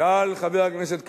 שאל חבר הכנסת כץ: